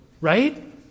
Right